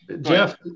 Jeff